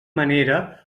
manera